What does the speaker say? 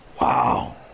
Wow